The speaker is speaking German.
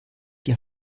die